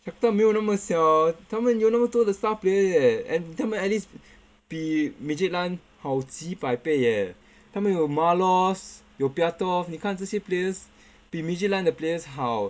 Shakhtar 没有那么小他们有那么多的 star player eh and 他们 at least 比 Midtjylland 好几百倍 eh 他们有 marlos 有 pyatov 你看这些 players 比 Midtjylland 的 players 好